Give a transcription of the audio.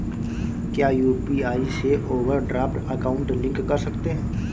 क्या यू.पी.आई से overdraft account link कर सकते हैं?